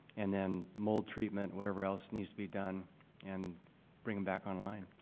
and then mold treatment, whatever else needs to be done and bring them back online.